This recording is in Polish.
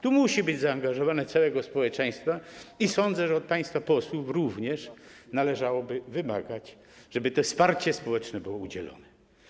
Tu musi być zaangażowanie całego społeczeństwa i sądzę, że od państwa posłów również należałoby wymagać, żeby to wsparcie społeczne było udzielane.